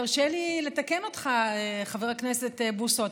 תרשה לי לתקן אותך, חבר הכנסת בוסו.